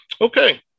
Okay